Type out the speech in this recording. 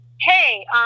hey